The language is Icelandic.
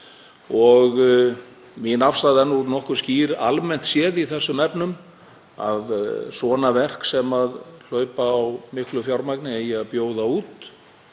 Mín afstaða er nokkuð skýr almennt séð í þessum efnum, að svona verk sem hlaupa á miklu fjármagni eigi að bjóða út